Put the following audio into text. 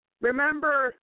Remember